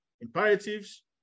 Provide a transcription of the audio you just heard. imperatives